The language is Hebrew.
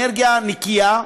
אנרגיה נקייה,